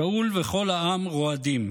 שאול וכל העם רועדים.